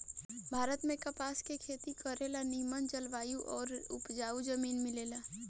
भारत में कपास के खेती करे ला निमन जलवायु आउर उपजाऊ जमीन मिलेला